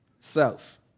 self